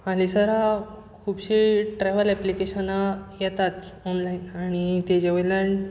हालींसरा खुबशीं ट्रॅवल एप्लिकेशनां येतात ऑनलायन आनी ताजे वयल्यान